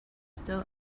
still